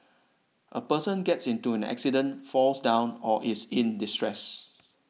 a person gets into an accident falls down or is in distress